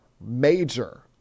major